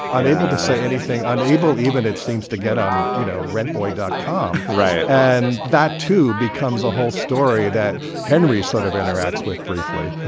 unable to say anything, unable even it seems to get on, you know, rent boycot right. and that, too, becomes a whole story that henry sort of interacts with briefly.